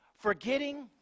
Forgetting